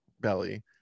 belly